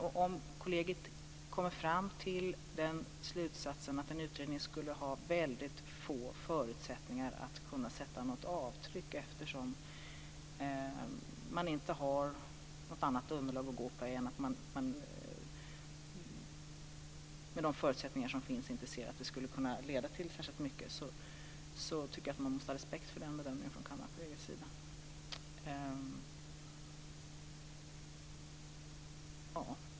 Om Kammarkollegiet kommer fram till den slutsatsen att en utredning skulle ha väldigt få förutsättningar att sätta något avtryck och att det underlag man har inte skulle kunna leda till särskilt mycket, tycker jag att man måste ha respekt för den bedömningen.